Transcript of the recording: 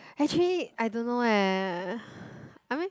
actually I don't know eh I mean